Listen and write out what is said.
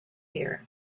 here